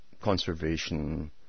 conservation